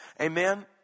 Amen